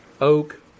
oak